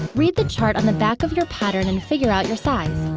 read the chart on the back of your pattern and figure out your size.